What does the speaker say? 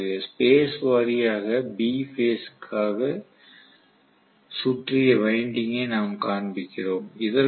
பேராசிரியர் ஸ்பேஸ் வாரியாக B phase க்காக சுற்றிய வைண்டிங்கை நாம் காண்பிக்கிறோம்